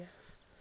Yes